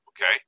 okay